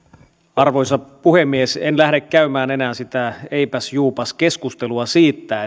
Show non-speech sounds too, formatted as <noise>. arvoisa puhemies en lähde käymään enää sitä eipäs juupas keskustelua siitä <unintelligible>